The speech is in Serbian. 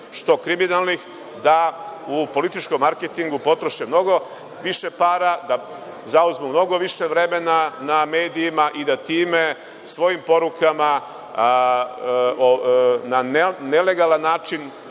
što kriminalnih, da u političkom marketingu potroše mnogo više para, da zauzmu mnogo više vremena na medijima i da time svojim porukama na nelegalan način